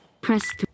press